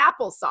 applesauce